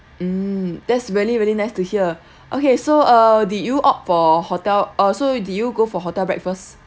um that's really really nice to hear okay so uh did you opt for hotel uh so did you go for hotel breakfast